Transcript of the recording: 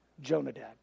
Jonadab